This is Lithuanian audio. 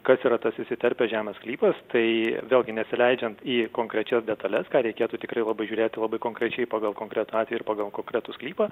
kas yra tas įsiterpęs žemės sklypas tai vėlgi nesileidžiant į konkrečias detales ką reikėtų tikrai labai žiūrėti labai konkrečiai pagal konkretų atvejį ir pagal konkretų sklypą